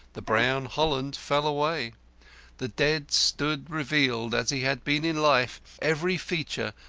the brown holland fell away the dead stood revealed as he had been in life. every feature,